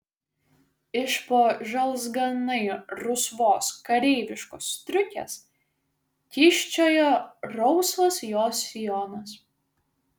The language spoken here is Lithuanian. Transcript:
iš po žalzganai rusvos kareiviškos striukės kyščiojo rausvas jos sijonas